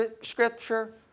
scripture